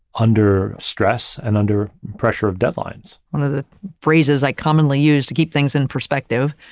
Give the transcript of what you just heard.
under stress, and under pressure of deadlines. one of the phrases i commonly use to keep things in perspective,